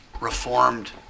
reformed